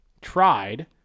tried